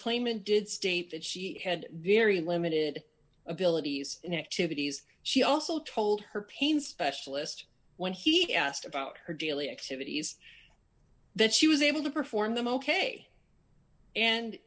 claimant did state that she had very limited abilities in activities she also told her pain specialist when he asked about her daily activities that she was able to perform them ok and